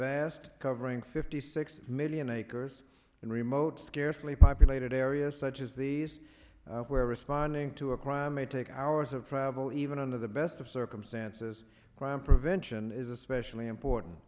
vast covering fifty six million acres in remote scarcely populated areas such as these where responding to a crime may take hours of travel even under the best of circumstances crime prevention is especially important